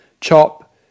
chop